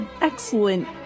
Excellent